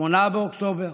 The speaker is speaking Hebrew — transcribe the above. ב-8 באוקטובר